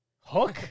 Hook